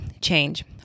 change